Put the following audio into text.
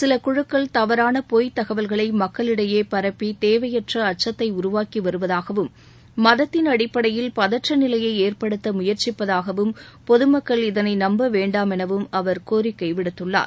சில குழுக்கள் தவறாள பொய் தகவல்களை மக்களிடையே பரப்பி தேவையற்ற அச்சத்தை உருவாக்கி வருவதாகவும் மதத்தின் அடிப்படையில் பதற்ற நிலையை ஏற்படுத்த முயற்சிப்பதாகவும் பொதுமக்கள் இதனை நம்ப வேண்டாமெனவும் அவர் கோரிக்கை விடுத்துள்ளார்